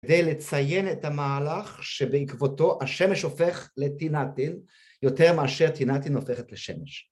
כדי לציין את המהלך שבעקבותו השמש הופך לטינתין יותר מאשר טינתין הופכת לשמש.